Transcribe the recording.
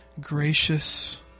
gracious